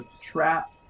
trap